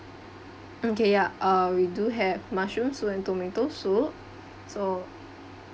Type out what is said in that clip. okay ya uh we do have mushroom soup and tomato soup so